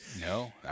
No